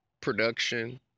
production